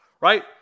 right